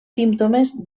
símptomes